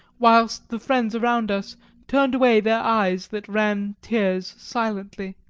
whilst the friends around us turned away their eyes that ran tears silently.